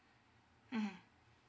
mm